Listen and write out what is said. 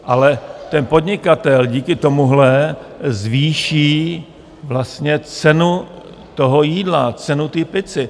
Ale ten podnikatel díky tomuhle zvýší vlastně cenu toho jídla, cenu té pizzy.